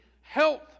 health